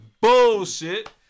bullshit